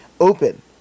open